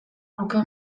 nuke